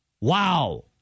Wow